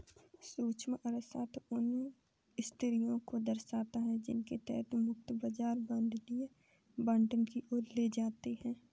सूक्ष्म अर्थशास्त्र उन स्थितियों को दर्शाता है जिनके तहत मुक्त बाजार वांछनीय आवंटन की ओर ले जाते हैं